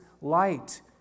light